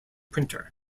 printer